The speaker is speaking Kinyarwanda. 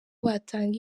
batanga